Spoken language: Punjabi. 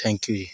ਥੈਂਕ ਯੂ ਜੀ